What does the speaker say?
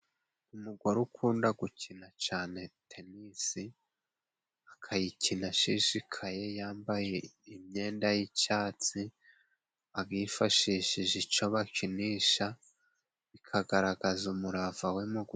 Umugore ukunda gukina cyane tenisi, akayikina ashishikaye yambaye imyenda y'icyatsi, abifashishije icyo bakinisha, bikagaragaza umurava we mu gu......